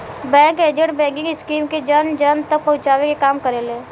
bank agent banking scheme के जन जन तक पहुंचावे के काम करेले